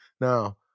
Now